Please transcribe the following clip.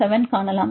7 காணலாம்